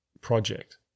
project